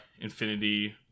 Infinity